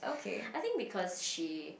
I think because she